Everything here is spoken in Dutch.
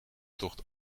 tocht